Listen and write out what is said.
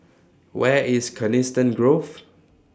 Where IS Coniston Grove